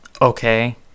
okay